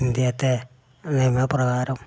ഇന്ത്യയിലത്തെ നിയമങ്ങൾ പ്രകാരം